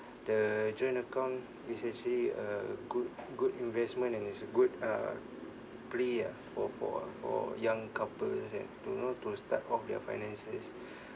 the joint account is actually a good good investment and it's a good uh ah for for for young couples had to know to start off their finances